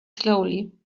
slowly